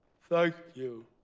thank you.